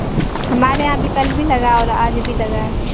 ہمارے یہاں ابھی کل بھی لگا اور آج بھی لگا ہے